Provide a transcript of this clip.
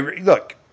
Look